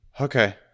Okay